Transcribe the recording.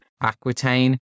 Aquitaine